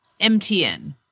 MTN